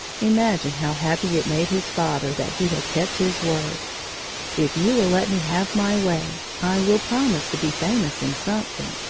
imagine how happy it made his father that he had kept his word if you will let me have my way, i will promise to be famous in something.